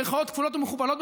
במירכאות כפולות ומכופלות,